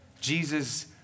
Jesus